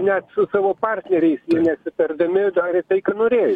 net su savo partneriais jie nepritardami darė tai ką norėjo